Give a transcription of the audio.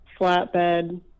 flatbed